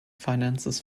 finances